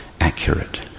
accurate